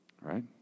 right